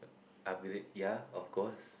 upgrade ya of course